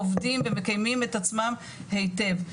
עובדים ומקיימים את עצמם היטב,